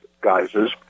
guises